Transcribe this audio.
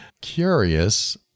curious